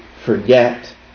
forget